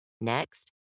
Next